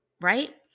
right